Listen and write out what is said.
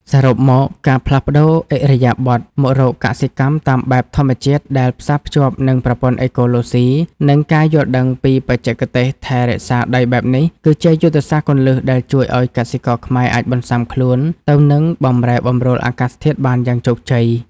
សរុបមក ការផ្លាស់ប្តូរឥរិយាបថមករកកសិកម្មតាមបែបធម្មជាតិដែលផ្សារភ្ជាប់នឹងប្រព័ន្ធអេកូឡូស៊ី និងការយល់ដឹងពីបច្ចេកទេសថែរក្សាដីបែបនេះ គឺជាយុទ្ធសាស្ត្រគន្លឹះដែលជួយឱ្យកសិករខ្មែរអាចបន្ស៊ាំខ្លួនទៅនឹងបម្រែបម្រួលអាកាសធាតុបានយ៉ាងជោគជ័យ។